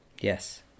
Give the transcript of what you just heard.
Yes